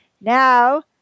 Now